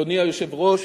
אדוני היושב-ראש,